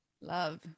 Love